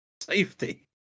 safety